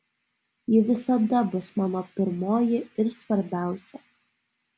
ji visada bus mano pirmoji ir svarbiausia